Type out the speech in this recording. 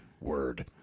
Word